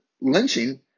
lynching